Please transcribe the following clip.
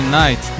night